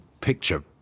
picture